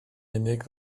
unig